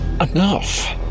enough